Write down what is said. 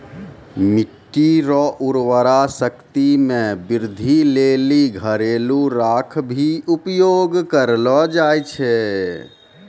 मिट्टी रो उर्वरा शक्ति मे वृद्धि लेली घरेलू राख भी उपयोग करलो जाय छै